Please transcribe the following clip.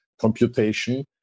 computation